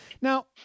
Now